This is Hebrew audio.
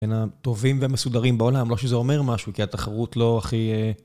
בין הטובים והמסודרים בעולם, לא שזה אומר משהו, כי התחרות לא הכי...